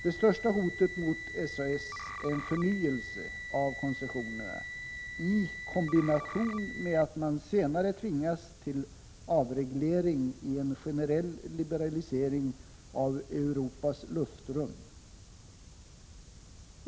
Det största hotet mot SAS är en förnyelse av koncessionerna i kombination med att man senare tvingas till avreglering i en generell liberalisering av Europas luftrum.